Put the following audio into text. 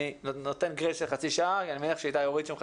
אני רוצה לשמוע אחד